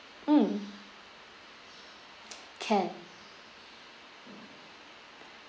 mm can